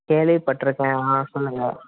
கேள்விப் பட்டுருக்கேன் ஆ சொல்லுங்கள்